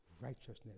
Righteousness